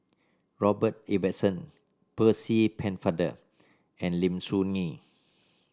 Robert Ibbetson Percy Pennefather and Lim Soo Ngee